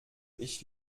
ich